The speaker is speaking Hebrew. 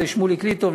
לשמוליק ליטוב,